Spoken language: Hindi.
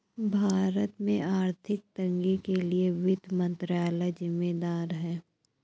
भारत में आर्थिक तंगी के लिए वित्त मंत्रालय ज़िम्मेदार है